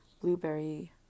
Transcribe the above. blueberry